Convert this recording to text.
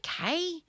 okay